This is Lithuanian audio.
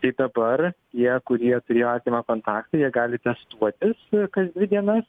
tai dabar tie kurie turėjo artimą kontaktą jie gali testuotis ir kas dvi dienas